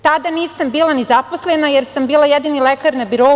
Tada nisam bila ni zaposlena jer sam bila jedini lekar na birou.